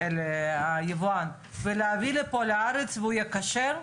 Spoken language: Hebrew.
אלא היבואן, ולהביא לפה לארץ והוא יהיה כשר?